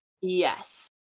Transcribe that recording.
Yes